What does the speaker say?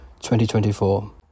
2024